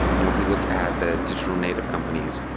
you know if we look at the digital native companies,